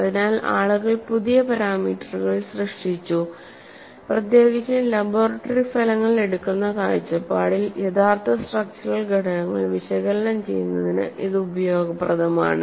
അതിനാൽ ആളുകൾ പുതിയ പാരാമീറ്ററുകൾ സൃഷ്ടിച്ചു പ്രത്യേകിച്ചും ലബോറട്ടറി ഫലങ്ങൾ എടുക്കുന്ന കാഴ്ചപ്പാടിൽ യഥാർത്ഥ സ്ട്രക്ച്ചറൽ ഘടകങ്ങൾ വിശകലനം ചെയ്യുന്നതിന് ഇത് ഉപയോഗപ്രദമാണ്